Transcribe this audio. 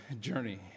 journey